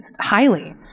highly